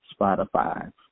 spotify